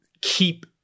keep